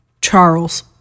Charles